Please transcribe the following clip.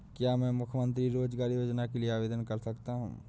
क्या मैं मुख्यमंत्री रोज़गार योजना के लिए आवेदन कर सकता हूँ?